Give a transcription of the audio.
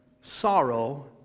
sorrow